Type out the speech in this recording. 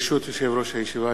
ברשות יושב-ראש הישיבה,